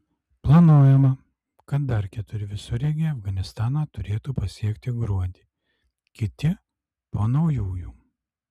planuojama kad dar keturi visureigiai afganistaną turėtų pasiekti gruodį kiti po naujųjų